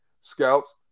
scouts